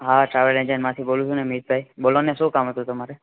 હાં travel agent માંથી બોલું છું નિશાર બોલોને શું કામ હતું તમારે